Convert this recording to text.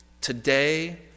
Today